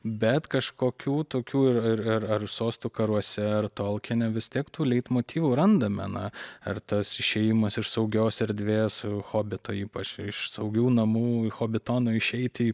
bet kažkokių tokių ir ir ar sostų karuose ar tolkiene vis tiek tų leitmotyvų randame na ar tas išėjimas iš saugios erdvės hobito ypač iš saugių namų į hobitono išeiti į